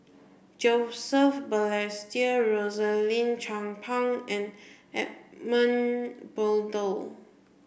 Joseph Balestier Rosaline Chan Pang and Edmund Blundell